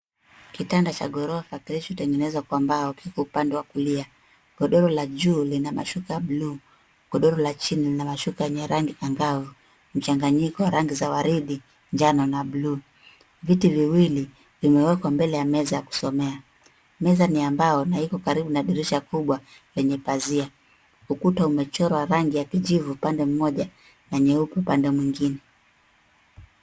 Kitanda cha ghorofa, kilichotengenezwa kwa mbao, kiko upande wa kulia. Godoro la juu lina mashuka ya buluu, godoro la chini lina mashuka yenye rangi anga'vu, mchanganyiko wa rangi za waridi, njano na blue . Viti viwili vimewekwa mbele ya meza ya kusomea. Meza ni ya mbao na iko karibu na dirisha kubwa yenye pazia. Ukuta umechorwa rangi ya kijivu pande mmoja na nyeupe pande mwingine.